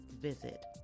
visit